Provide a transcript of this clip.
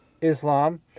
Islam